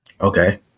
Okay